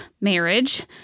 marriage